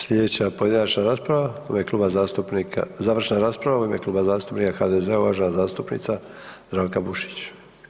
Sljedeća pojedinačna rasprava u ime Kluba zastupnika, završna rasprava u ime Kluba zastupnika HDZ-a, uvažena zastupnica Zdravka Bušić.